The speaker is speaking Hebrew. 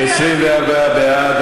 24 בעד,